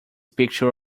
picture